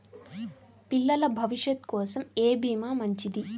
పిల్లల భవిష్యత్ కోసం ఏ భీమా మంచిది?